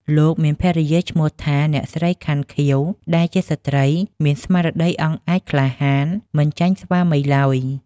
លោកមានភរិយាឈ្មោះថា អ្នកស្រី ខាន់ ខៀវ ដែលជាស្ត្រីមានស្មារតីអង់អាចក្លាហានមិនចាញ់ស្វាមីឡើយ។